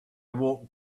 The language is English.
walked